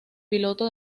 piloto